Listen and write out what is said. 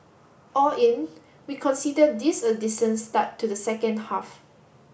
all in we consider this a decent start to the second half